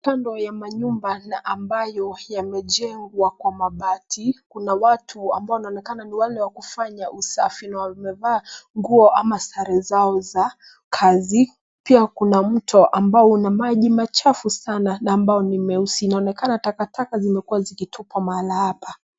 Kando ya manyumba na ambayo yamejengwa kwa mabati. Kuna watu wanaoonekana ni wale wa kufanya usafi na wamevaa nguo ama sare zao za kazi. Pia kuna mto ambao una maji machafu sana na ambayo ni meusi sana. Inaonekana takataka zimekua zikitupwa mahala hapa.